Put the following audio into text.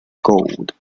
gold